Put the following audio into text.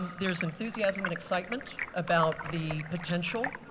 there's enthusiasm and excitement about the potential,